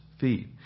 feet